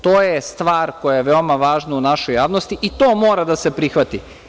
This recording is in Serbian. To je stvar koja je veoma važna u našoj javnosti i to mora da se prihvati.